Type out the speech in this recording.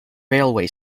railway